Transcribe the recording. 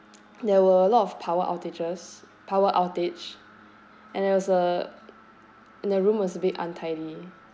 there were a lot of power outages power outage and there was a the room was a bit untidy